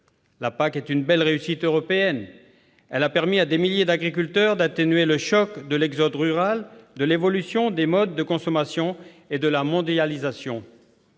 La PAC est une belle réussite européenne. Elle a permis à des milliers d'agriculteurs d'atténuer le choc de l'exode rural, de l'évolution des modes de consommation et de la mondialisation.